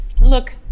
look